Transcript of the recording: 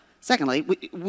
secondly